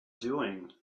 doing